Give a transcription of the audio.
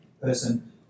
person